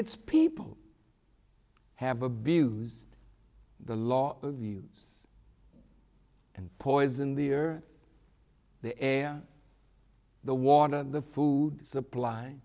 its people have abused the law of use and poison the or the air the water the food supply